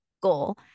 goal